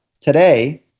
today